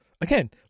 again